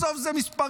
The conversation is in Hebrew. בסוף זה מספרים.